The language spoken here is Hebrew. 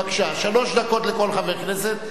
בבקשה, שלוש דקות לכל חבר כנסת.